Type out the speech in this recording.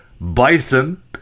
bison